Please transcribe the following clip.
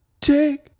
take